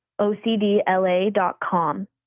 ocdla.com